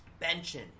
benching